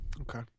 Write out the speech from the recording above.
Okay